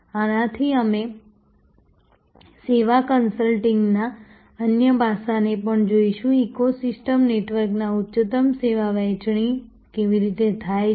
આનાથી અમે સેવા કન્સલ્ટિંગના અન્ય પાસાને પણ જોઈશું ઇકોસિસ્ટમ નેટવર્કમાં ઉચ્ચતમ સેવા વહેંચણી કેવી રીતે થાય છે